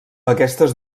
aquestes